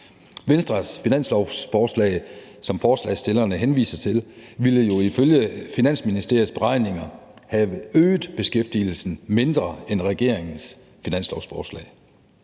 Venstres finanslovsforslag, som forslagsstillerne henviser til, ville jo ifølge Finansministeriets beregninger have øget beskæftigelsen mindre end regeringens finanslov.